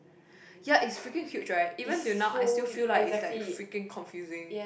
ya it's freaking huge right even till now I still feel like it's like freaking confusing